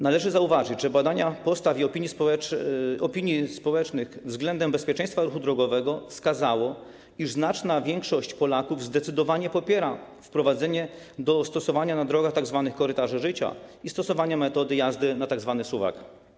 Należy zauważyć, że badania postaw i opinii społecznych względem bezpieczeństwa ruchu drogowego wskazały, iż znaczna większość Polaków zdecydowanie popiera wprowadzenie do stosowania na drogach tzw. korytarzy życia i stosowanie metody jazdy na tzw. suwak.